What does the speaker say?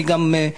אני גם,